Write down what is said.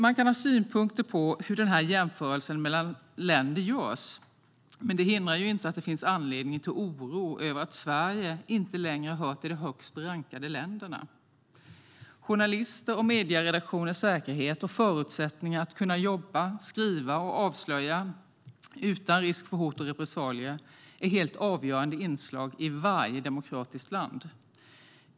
Man kan ha synpunkter på hur jämförelsen mellan länder görs. Men det hindrar inte att det finns anledning till oro över att Sverige inte längre hör till de högst rankade länderna. Journalisters och medieredaktioners säkerhet och förutsättningar för att kunna jobba - skriva och avslöja - utan risk för hot och repressalier är helt avgörande inslag i varje demokratiskt land.